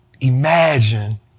Imagine